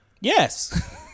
Yes